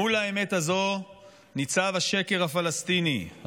מול האמת הזו ניצב השקר הפלסטיני,